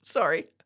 Sorry